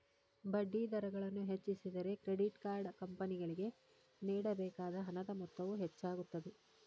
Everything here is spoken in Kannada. ಬಡ್ಡಿದರಗಳನ್ನು ಹೆಚ್ಚಿಸಿದರೆ, ಕ್ರೆಡಿಟ್ ಕಾರ್ಡ್ ಕಂಪನಿಗಳಿಗೆ ನೇಡಬೇಕಾದ ಹಣದ ಮೊತ್ತವು ಹೆಚ್ಚಾಗುತ್ತದೆ